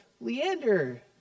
Leander